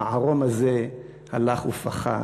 המערום הזה הלך ופחת,